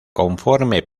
conforme